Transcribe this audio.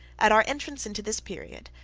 at our entrance into this period,